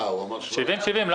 זה 70 מיליון.